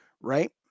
right